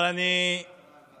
אבל אני מתקשה